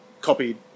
copied